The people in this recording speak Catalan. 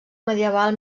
medieval